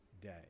day